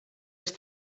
els